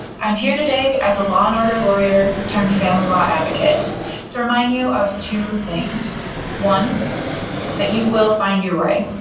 i'm here today as a law and order lawyer turned family law advocate to remind you of two things one that you will find your way,